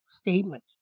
statement